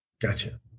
Gotcha